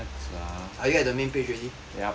are you at the main page already